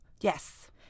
Yes